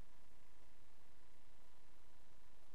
חבר